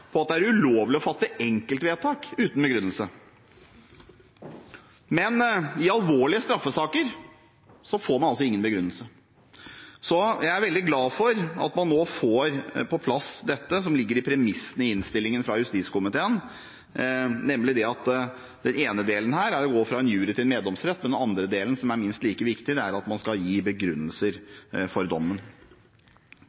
på at det er ulovlig å fatte enkeltvedtak uten begrunnelse. Men i alvorlige straffesaker får man altså ingen begrunnelse. Så jeg er veldig glad for at man nå får på plass det som ligger i premissene i innstillingen fra justiskomiteen, der den ene delen er å gå fra en jury til en meddomsrett, og den andre delen, som er minst like viktig, er at man skal gi begrunnelser for dommen.